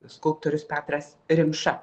skulptorius petras rimša